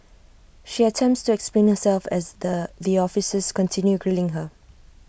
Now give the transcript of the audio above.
she attempts to explain herself as the officers continue grilling her